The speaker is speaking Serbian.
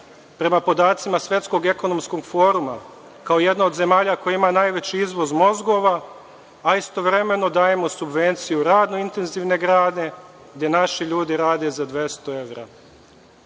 prema podacima Svetskog ekonomskog foruma, kao jedna od zemalja koja ima najveći izvoz mozgova, a istovremeno dajemo subvenciju radno intenzivne grane, gde naši ljudi rade za 200